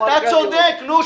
אתה צודק, נו.